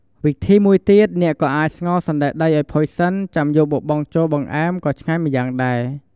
វិធីមួយទៀត អ្នកក៏អាច ស្ងោរសណ្ដែកដីឱ្យផុយសិន ចាំយកមកបង់ចូលបង្អែម ក៏ឆ្ងាញ់ម្យ៉ាងដែរ។